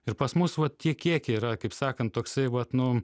ir pas va tie kiekiai yra kaip sakant toksai vat nu